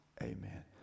amen